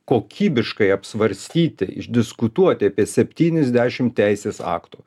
kokybiškai apsvarstyti išdiskutuoti apie septyniasdešim teisės aktų